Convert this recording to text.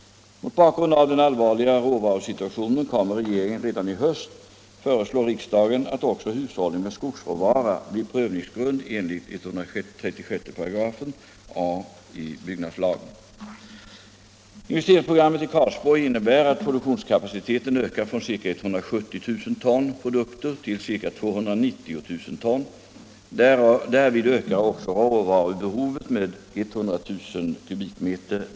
Mot bakgrund av den allvarliga råvarusituationen kommer regeringen redan i höst att föreslå riksdagen att också hushållningen med skogsråvara blir prövningsgrund enligt 136 a § byggnadslagen. Investeringsprogrammet i Karlsborg innebär att produktionskapaciteten ökar från ca 170 000 ton produkter till ca 290 000 ton. Därvid ökar också råvarubehovet med 100 000 m?